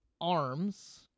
arms